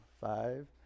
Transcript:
Five